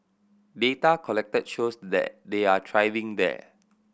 data collected shows that they are thriving there